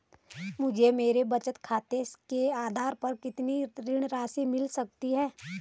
मुझे मेरे बचत खाते के आधार पर कितनी ऋण राशि मिल सकती है?